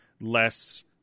less